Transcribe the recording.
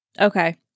Okay